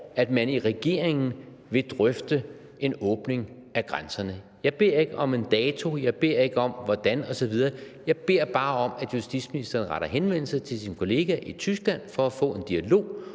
at man i regeringen vil drøfte en åbning af grænserne? Jeg beder ikke om en dato, jeg beder ikke om at få at vide, hvordan det skal gøres osv. – jeg beder bare om, at justitsministeren retter henvendelse til sin kollega i Tyskland for at få en dialog,